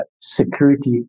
security